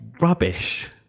Rubbish